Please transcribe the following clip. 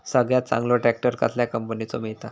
सगळ्यात चांगलो ट्रॅक्टर कसल्या कंपनीचो मिळता?